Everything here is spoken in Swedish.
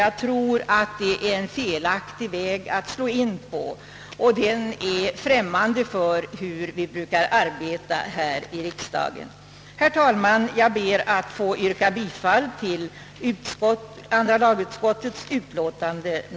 Jag tror inte att ni lyckas med det konststycket. Herr talman! Jag ber att få yrka bifall till andra lagutskottets hemställan.